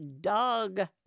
dog